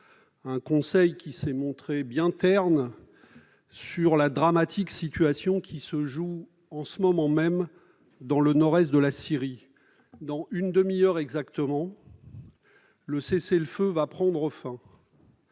2019, lequel s'est montré bien terne au sujet de la dramatique situation qui se joue en ce moment même dans le nord-est de la Syrie. Dans une demi-heure exactement, le cessez-le-feu va prendre fin.